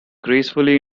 gracefully